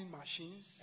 machines